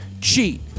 Cheat